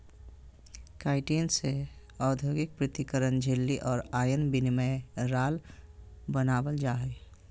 chitin से औद्योगिक पृथक्करण झिल्ली और आयन विनिमय राल बनाबल जा हइ